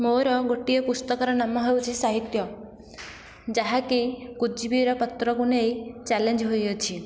ମୋର ଗୋଟିଏ ପୁସ୍ତକର ନାମ ହେଉଛି ସାହିତ୍ୟ ଯାହାକି କୁଜିବୀର ପତ୍ରକୁ ନେଇ ଚାଲେଞ୍ଜ ହୋଇଅଛି